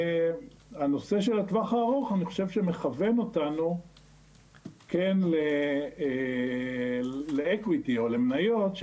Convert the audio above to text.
אני חושב שהנושא של הטווח הארוך מכוון אותנו להון עצמי או למניות,